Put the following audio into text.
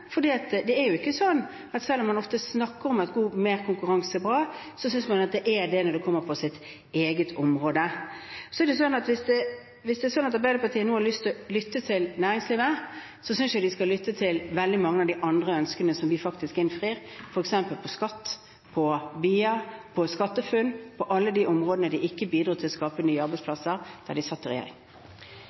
Selv om man ofte snakker om at mer konkurranse er bra, synes man ikke det er bra når den kommer på ens eget område. Hvis det er sånn at Arbeiderpartiet nå har lyst til å lytte til næringslivet, synes jeg de skal lytte til veldig mange av de andre ønskene som vi faktisk innfrir, f.eks. når det gjelder skatt, når det gjelder Brukerstyrt innovasjonsarena, BIA, når det gjelder SkatteFUNN, ja, på alle de områdene de ikke bidro til å skape nye arbeidsplasser da de satt i regjering.